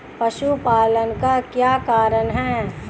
पशुपालन का क्या कारण है?